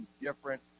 different